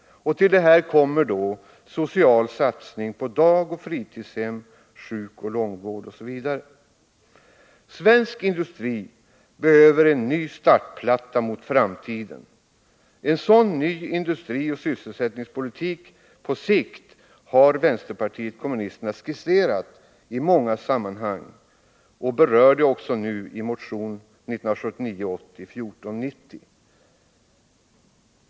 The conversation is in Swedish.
Till detta kommer social satsning på dagoch fritidshem, sjukoch långvård, osv. i; Svensk industri behöver en ny startplatta mot framtiden. En sådan ny industrioch sysselsättningspolitik på sikt har vänsterpartiet kommunisterna skisserat i många sammanhang och berör frågan också nu i motion 1979/80:1490.